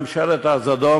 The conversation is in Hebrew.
ממשלת הזדון,